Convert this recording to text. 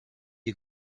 you